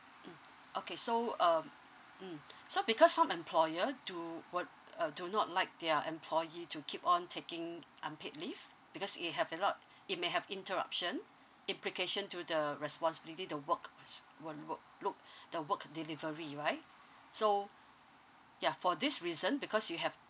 mm okay so um mm so because some employer do what uh do not like their employee to keep on taking unpaid leave because it have a lot it may have interruption implication to the responsibility the works will work look the work delivery right so ya for this reason because you have